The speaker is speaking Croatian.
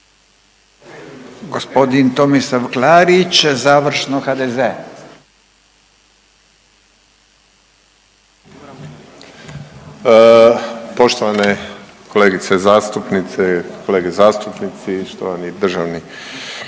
**Klarić, Tomislav (HDZ)** Poštovane kolegice zastupnice, kolege zastupnici, štovani državni